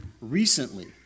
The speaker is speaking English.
recently